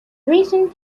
recent